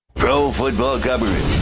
pro football government.